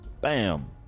Bam